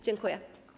Dziękuję.